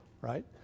Right